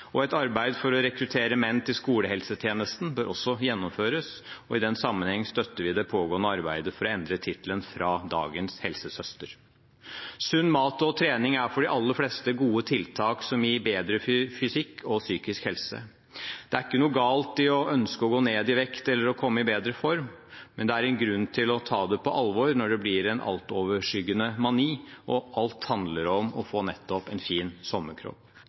Et arbeid for å rekruttere menn til skolehelsetjenesten bør også gjennomføres. I den sammenheng støtter vi det pågående arbeidet for å endre tittelen fra dagens «helsesøster». Sunn mat og trening er for de aller fleste gode tiltak som gir bedre fysisk og psykisk helse. Det er ikke noe galt i å ønske å gå ned i vekt eller å komme i bedre form. Men det er grunn til å ta det på alvor når det blir en altoverskyggende mani, der alt handler om å få nettopp en fin sommerkropp.